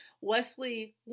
Wesley